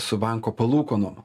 su banko palūkanom